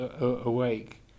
awake